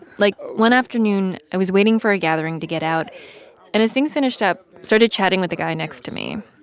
like, one afternoon, i was waiting for a gathering to get out and, as things finished up, started chatting with the guy next to me.